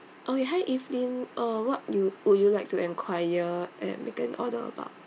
oh hi evelyn uh what you would you like to enquire and make an order about